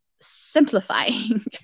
simplifying